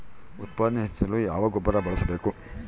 ಉತ್ಪಾದನೆ ಹೆಚ್ಚಿಸಲು ಯಾವ ಗೊಬ್ಬರ ಬಳಸಬೇಕು?